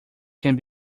can